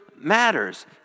Matters